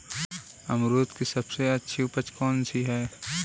अमरूद की सबसे अच्छी उपज कौन सी है?